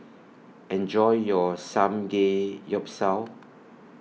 Enjoy your Samgeyopsal